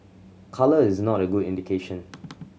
colour is not a good indication